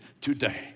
today